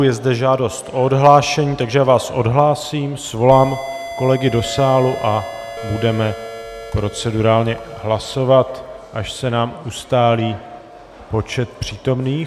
Je zde žádost o odhlášení, takže já vás ohlásím, svolám kolegy do sálu a budeme procedurálně hlasovat, až se nám ustálí počet přítomných.